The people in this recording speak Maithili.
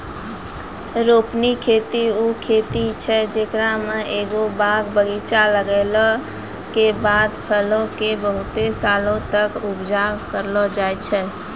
रोपनी खेती उ खेती छै जेकरा मे एगो बाग बगीचा लगैला के बाद फलो के बहुते सालो तक उपजा करलो जाय छै